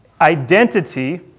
identity